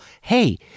hey